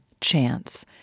Chance